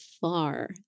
far